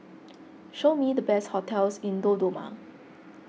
show me the best hotels in Dodoma